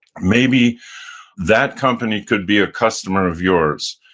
maybe that company could be a customer of yours.